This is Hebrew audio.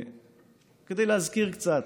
כדי להזכיר קצת